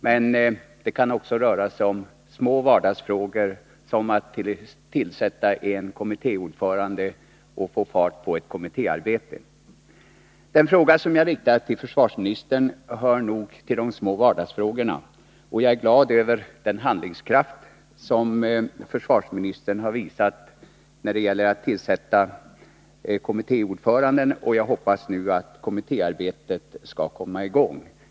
Men det kan även röra sig om små vardagsfrågor såsom att tillsätta en kommittéordförande och få fart på ett kommittéarbete. Den fråga som jag har riktat till försvarsministern hör nog till de små vardagsfrågorna. Jag är glad över den handlingskraft som försvarsministern har visat när det gäller att tillsätta kommittéordförande. Jag hoppas nu att kommittéarbetet skall komma i gång.